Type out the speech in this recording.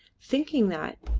thinking that,